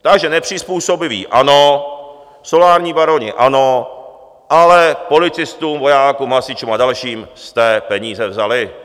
Takže nepřizpůsobiví ano, solární baroni ano, ale policistům, vojákům, hasičům a dalším jste peníze vzali.